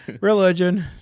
religion